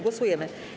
Głosujemy.